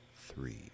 three